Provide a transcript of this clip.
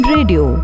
Radio